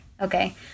Okay